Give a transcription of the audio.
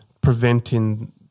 Preventing